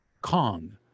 kong